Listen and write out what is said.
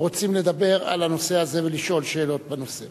רוצים לדבר על הנושא הזה ולשאול שאלות בנושא.